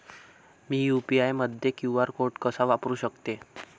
मी UPI मध्ये QR code कसा वापरु शकते?